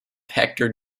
hector